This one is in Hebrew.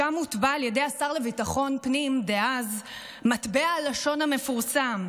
שם הוטבע על ידי השר לביטחון פנים דאז מטבע הלשון המפורסם: